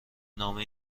نامه